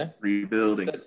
Rebuilding